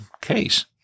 case